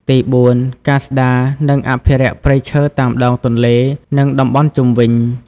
ទីបួន ការស្តារ និងអភិរក្សព្រៃឈើតាមដងទន្លេ និងតំបន់ជុំវិញ។